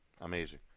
Amazing